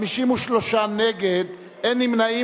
53 נגד, אין נמנעים.